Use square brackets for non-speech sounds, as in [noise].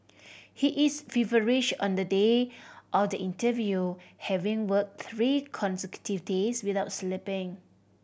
[noise] he is feverish on the day of the interview having worked three consecutive days without sleeping